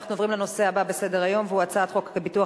אנחנו עוברים לנושא הבא בסדר-היום: הצעת חוק הביטוח